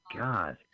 god